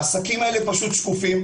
העסקים האלה הם שקופים.